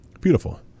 Beautiful